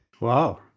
Wow